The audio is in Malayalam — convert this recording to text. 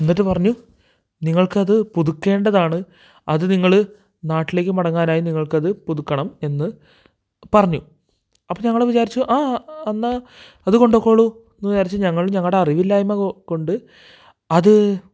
എന്നിട്ട് പറഞ്ഞു നിങ്ങള്ക്കത് പുതുക്കേണ്ടതാണ് അത് നിങ്ങള് നാട്ടിലേക്ക് മടങ്ങാനായി നിങ്ങള്ക്കത് പുതുക്കണം എന്ന് പറഞ്ഞു അപ്പോള് ഞങ്ങള് വിചാരിച്ചു ആ എന്നാല് അത് കൊണ്ടുപോയിക്കോളൂ എന്ന് വിചാരിച്ച് ഞങ്ങള് ഞങ്ങളുടെ അറിവില്ലായ്മ കൊണ്ട് അത്